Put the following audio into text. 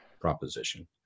proposition